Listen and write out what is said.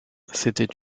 c’était